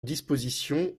disposition